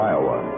Iowa